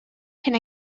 can